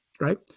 right